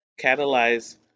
catalyze